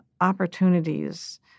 opportunities